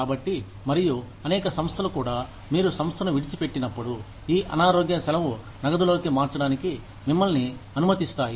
కాబట్టి మరియు అనేక సంస్థలు కూడా మీరు సంస్థను విడిచి పెట్టినప్పుడు ఈ అనారోగ్య సెలవు నగదులోకి మార్చడానికి మిమ్మల్ని అనుమతిస్తాయి